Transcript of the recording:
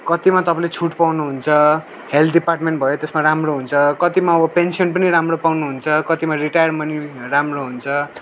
कतिमा तपाईँले छुट पाउनुहुन्छ हेल्थ डिपार्टमेन्ट भयो त्यसमा राम्रो हुन्छ कतिमा अब पेन्सन पनि राम्रो पाउनुहुन्छ कतिमा रिटायर्ड मनी राम्रो हुन्छ